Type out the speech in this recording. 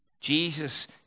Jesus